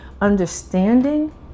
understanding